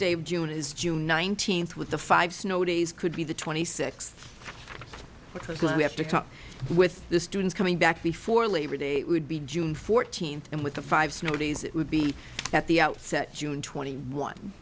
day of june is june nineteenth with the five snow days could be the twenty six o'clock we have to talk with the students coming back before labor day it would be june fourteenth and with the five snow days it would be at the outset june twenty one